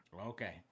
Okay